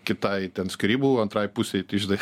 kitai ten skyrybų antrai pusei tai žinai